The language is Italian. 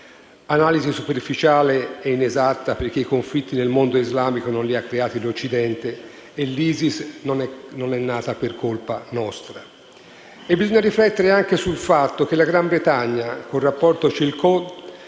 un'analisi superficiale e inesatta, perché i conflitti nel mondo islamico non sono stati creati dall'Occidente e l'ISIS non è nata per colpa nostra. Bisogna altresì riflettere sul fatto che la Gran Bretagna, con il rapporto Chilcot,